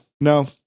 No